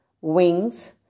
wings